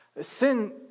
Sin